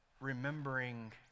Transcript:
remembering